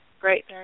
Great